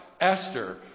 Esther